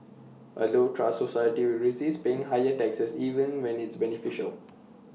A low trust society will resist paying higher taxes even when it's beneficial